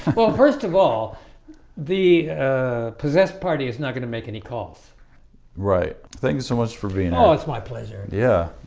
well, first of all the ah possessed party is not gonna make any calls right. thank you so much for being oh, it's my pleasure. yeah.